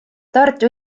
tartu